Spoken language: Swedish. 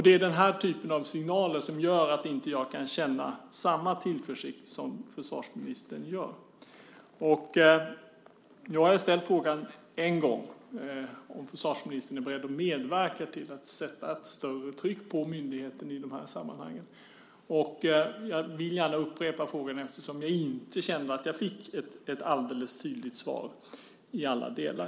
Det är den typen av signaler som gör att jag inte kan känna samma tillförsikt som försvarsministern. Jag har ställt frågan en gång om försvarsministern är beredd att medverka till att sätta ett större tryck på myndigheten i de här sammanhangen. Jag vill gärna upprepa frågan eftersom jag inte känner att jag fick ett alldeles tydligt svar i alla delar.